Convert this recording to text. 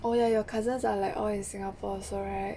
oh ya your cousins are like all in singapore also right